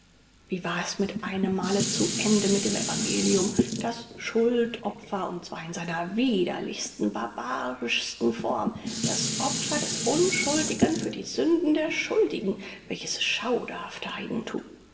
wie war es mit einem male zu ende mit dem evangelium das schuldopfer und zwar in seiner widerlichsten barbarischsten form das opfer des unschuldigen für die sünden der schuldigen welches schauderhafte heidenthum